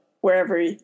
wherever